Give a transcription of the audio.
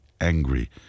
angry